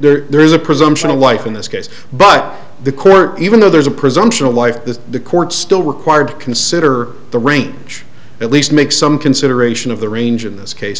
there's a presumption of life in this case but the court even though there's a presumption of life that the court still required to consider the range at least make some consideration of the range in this case